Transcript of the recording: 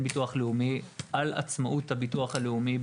ביטוח לאומי על עצמאות הביטוח הלאומי,